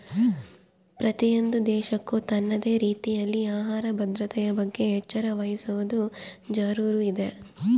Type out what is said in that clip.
ಪ್ರತಿಯೊಂದು ದೇಶಕ್ಕೂ ತನ್ನದೇ ರೀತಿಯಲ್ಲಿ ಆಹಾರ ಭದ್ರತೆಯ ಬಗ್ಗೆ ಎಚ್ಚರ ವಹಿಸುವದು ಜರೂರು ಇದೆ